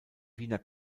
wiener